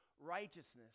righteousness